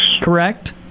Correct